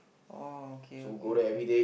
oh okay okay okay